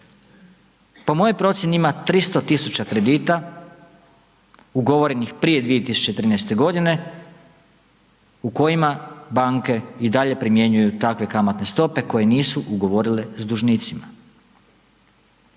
Po mojoj procjeni ima 300.000 kredita ugovorenih prije 2013. godine u kojima banke i dalje primjenjuju takve kamatne stope koje nisu ugovorile s dužnicima.